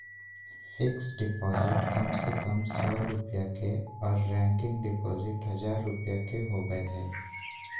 fixed deposit कम से कम सौ रुपया के आर रेकरिंग डिपॉजिट हजार रुपया के होबय हय